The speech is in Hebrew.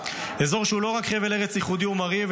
אזור שהוא לא רק חבל ארץ ייחודי ומרהיב,